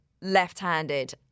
left-handed